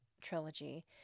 trilogy